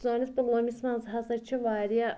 سٲنِس پُلوٲمِس منٛز ہسا چھِ واریاہ